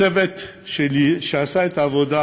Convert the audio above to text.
הצוות שעשה את העבודה,